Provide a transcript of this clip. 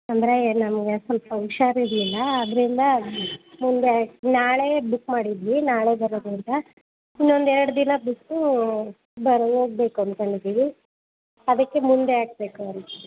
ತೊಂದರೆ ನಮಗೆ ಸ್ವಲ್ಪ ಹುಷಾರ್ ಇರಲಿಲ್ಲ ಅದರಿಂದ ಮುಂದೆ ನಾಳೆ ಬುಕ್ ಮಾಡಿದ್ವಿ ನಾಳೆ ಬರೋದು ಅಂತ ಇನ್ನೊಂದು ಎರಡು ದಿನ ಬಿಟ್ಟು ಬರ್ ಹೋಗ್ಬೇಕು ಅನ್ಕೊಂಡಿದೀವಿ ಅದಕ್ಕೆ ಮುಂದೆ ಹಾಕಬೇಕು ಅಂತ